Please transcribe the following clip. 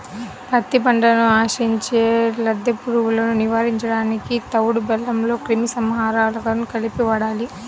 పత్తి పంటను ఆశించే లద్దె పురుగులను నివారించడానికి తవుడు బెల్లంలో క్రిమి సంహారకాలను కలిపి వాడాలి